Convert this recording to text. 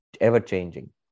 ever-changing